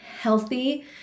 healthy